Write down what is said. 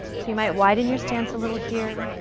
so you might widen your stance a little here,